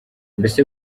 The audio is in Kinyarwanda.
mbese